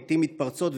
לעיתים מתפרצות,